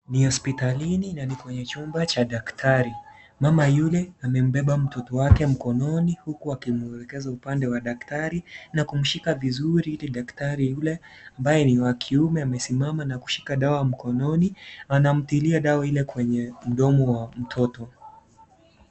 Ni hospitalini na ni kwenye chumba cha daktari. Mama yule amembeba mtoto wake mkononi huku akimwelekeza upande wa daktari na kumshika vizuri ili daktari yule ambaye ni wa kiume amesimama na kushika dawa mkononi, anamtilia dawa ile kwenye mdomo wa mtoto.